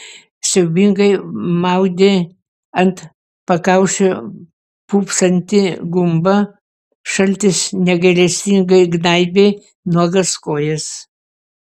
siaubingai maudė ant pakaušio pūpsantį gumbą šaltis negailestingai gnaibė nuogas kojas